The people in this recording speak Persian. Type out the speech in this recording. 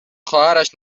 خواهرش